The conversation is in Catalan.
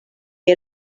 que